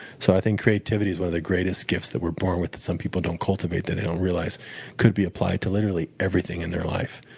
so i think creativity is one of the greatest gifts that we're born with that some people don't cultivate that they don't realize could be applied to literally everything in their lives.